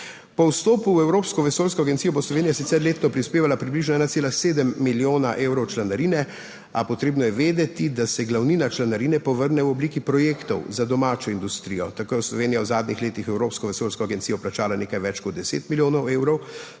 Po vstopu v Evropsko vesoljsko agencijo bo Slovenija sicer letno prispevala približno 1,7 milijona evrov članarine, a potrebno je vedeti, da se glavnina članarine povrne v obliki projektov za domačo industrijo. Tako je Slovenija v zadnjih letih v Evropsko vesoljsko agencijo plačala nekaj več kot 10 milijonov evrov,